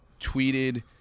tweeted